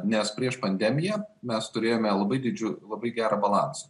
nes prieš pandemiją mes turėjome labai didžiu labai gerą balansą